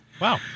Wow